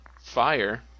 Fire